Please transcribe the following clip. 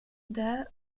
that